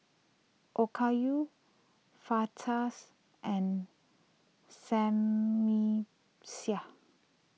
Okayu Fajitas and Sammy